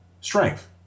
strength